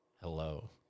hello